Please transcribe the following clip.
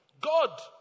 God